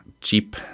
cheap